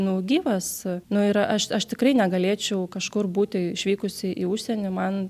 nu gyvas nu ir aš aš tikrai negalėčiau kažkur būti išvykusi į užsienį man